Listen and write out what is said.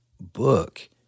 book